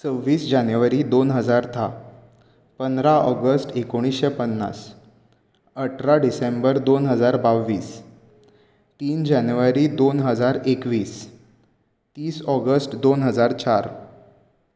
सव्वीस जानेवारी दोन हजार धा पंदरा ऑगस्ट एकूण्णीशें पन्नास अठरा डिसेंबर दोन हजार बाव्वीस तीन जानेवारी दोन हजार एकवीस तीस ऑगस्ट दोन हजार चार